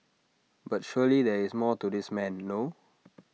but surely there is more to this man no